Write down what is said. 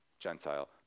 Gentile